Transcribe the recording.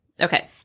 Okay